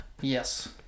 Yes